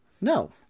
No